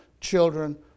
children